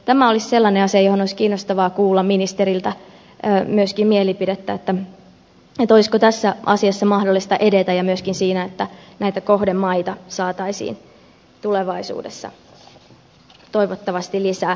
tämä olisi sellainen asia johon olisi kiinnostavaa kuulla myöskin ministerin mielipidettä olisiko tässä asiassa mahdollista edetä ja myöskin siitä että näitä kohdemaita saataisiin tulevaisuudessa toivottavasti lisää